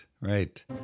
right